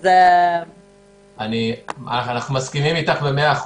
אנחנו מסכימים איתך ב-100%.